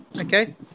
Okay